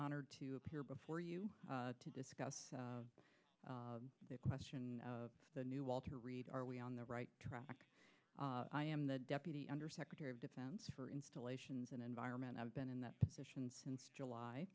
honored to appear before you to discuss the question of the new walter reed are we on the right track i am the deputy undersecretary of defense for installations and environment i've been in that position since july